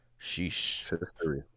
Sheesh